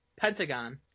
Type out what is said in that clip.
Pentagon